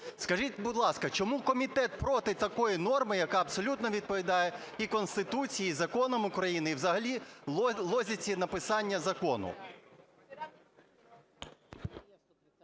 Скажіть, будь ласка, чому комітет проти такої норми, яка абсолютно відповідає і Конституції, і Законам України, і взагалі логіці написання закону?